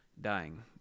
dying